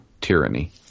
Tyranny